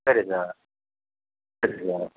சரி சார் சரி சார்